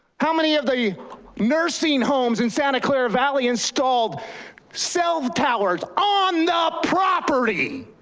how many of the nursing homes in santa clara valley installed cellphone towers on the property?